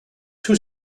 two